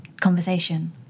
conversation